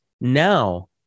now